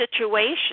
situation